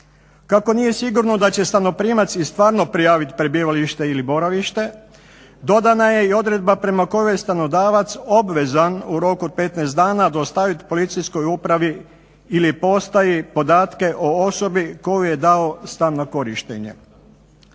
Tako nije sigurno da će stanoprimac i stvarno prijaviti prebivalište ili boravište dodana je i odredba prema kojoj stanodavac obvezan u roku od 15 dana dostaviti Policijskoj upravi ili postaji podatke o osobi koji je dao stan na korištenje.